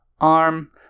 ARM